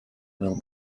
will